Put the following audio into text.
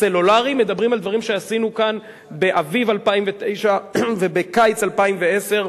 הסלולרי מדברים על דברים שעשינו כאן באביב 2009 ובקיץ 2010,